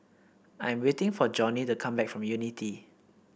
I'm waiting for Johney to come back from Unity